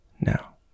now